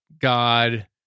God